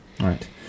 Right